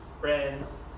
friends